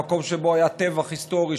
המקום שבו היה טבח היסטורי.